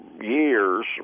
years